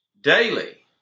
daily